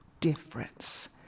difference